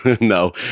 no